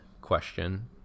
question